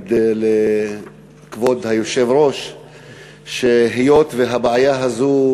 להגיד לכבוד היושב-ראש שהבעיה הזאת,